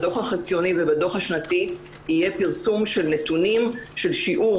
בדוח החציוני ובדוח השנתי יהיה פרסום של נתונים של שיעור